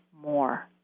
more